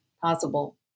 possible